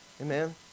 Amen